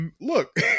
look